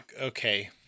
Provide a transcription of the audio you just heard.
Okay